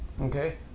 okay